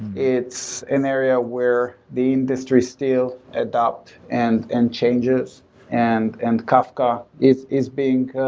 it's an area where the industry still adopt and and changes and and kafka is is being